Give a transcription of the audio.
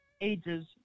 ages